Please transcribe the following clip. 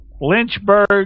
Lynchburg